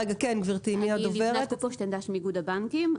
איגוד הבנקים.